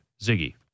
Ziggy